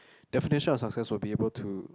definition of success will be able to